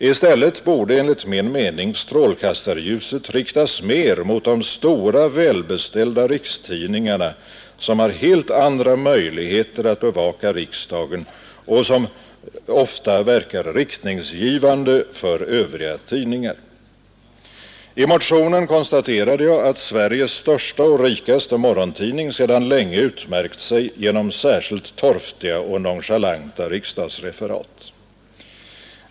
I stället borde enligt min mening strålkastarljuset riktas mer mot de stora, välbeställda rikstidningarna, som har helt andra möjligheter att bevaka riksdagen och som ofta verkar riktgivande för andra tidningar. I motionen har jag konstaterat, att Sveriges största och rikaste morgontidning sedan länge utmärkt sig genom särskilt torftiga och nonchalanta riksdagsreferat.